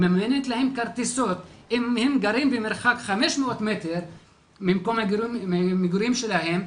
מממנת להם כרטיסיות אם הם לומדים במרחק 500 מטר ממקום המגורים שלהם,